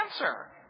answer